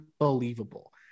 Unbelievable